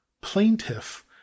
plaintiff